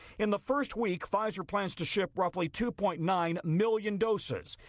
in the first week, pfizer plans to ship roughly two point nine million doses.